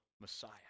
Messiah